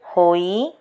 ହୋଇ